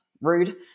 Rude